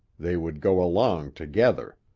they would go along together.